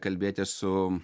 kalbėti su